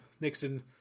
Nixon